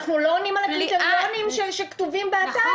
אנחנו לא עונים על הקריטריונים שכתובים באתר.